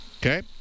Okay